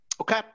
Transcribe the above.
Okay